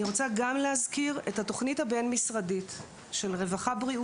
אני רוצה גם להזכיר את התוכנית הבין-משרדית של רווחה-בריאות-חינוך.